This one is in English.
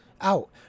out